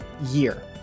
year